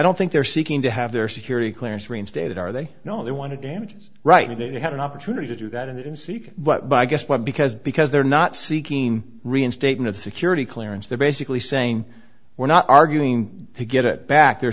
don't think they're seeking to have their security clearance reinstated are they know they want to damage right now they have an opportunity to do that and seek what i guess but because because they're not seeking reinstatement of the security clearance they're basically saying we're not arguing to get it back they're